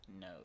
No